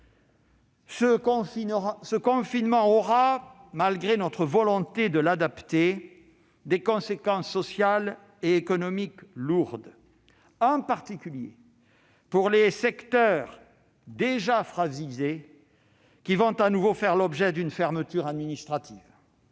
ce confinement aura, malgré notre volonté de l'adapter, des conséquences sociales et économiques lourdes, en particulier pour les secteurs déjà fragilisés qui vont de nouveau faire l'objet d'une fermeture administrative.